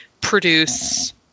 produce